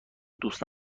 دوست